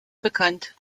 bekannt